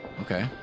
Okay